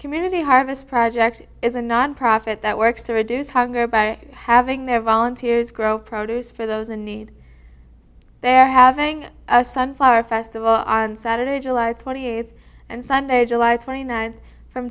community harvest project is a nonprofit that works to reduce hunger by having their volunteers grow produce for those in need they're having sunfire festival on saturday july twentieth and sunday july twenty ninth from